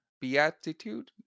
Beatitude